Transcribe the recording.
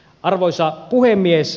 arvoisa puhemies